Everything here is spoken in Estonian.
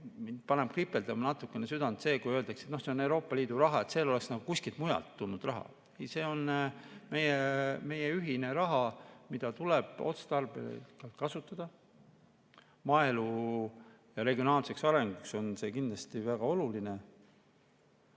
paneb südame natukene kripeldama see, kui öeldakse, et see on Euroopa Liidu raha, justkui see oleks nagu kuskilt mujalt tulnud raha. Ei, see on meie ühine raha, mida tuleb otstarbekalt kasutada. Maaelu regionaalseks arenguks on see kindlasti väga oluline.